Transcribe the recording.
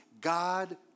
God